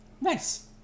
Nice